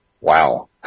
Wow